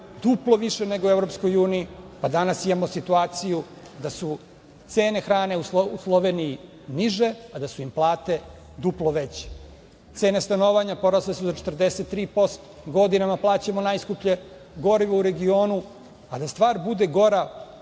duplo više nego u Evropskoj uniji, a danas imamo situaciju da su cene hrane u Sloveniji niže, a da su im plate duplo veće. Cena stanovanja porasle su za 43%. Godinama plaćamo najskuplje gorivo u regionu, a da stvar bude gora